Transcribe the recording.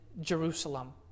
Jerusalem